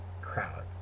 crowds